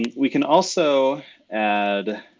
we can also add